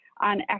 on